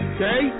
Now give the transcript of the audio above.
Okay